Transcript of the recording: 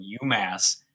UMass